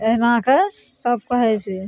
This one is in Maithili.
अहिना कऽ सब कहय छियै